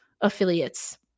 affiliates